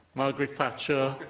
margaret thatcher,